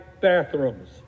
bathrooms